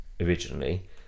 originally